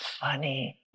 funny